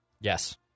Yes